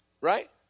Right